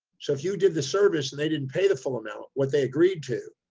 so if you did the service and they didn't pay the full amount, what they agreed to,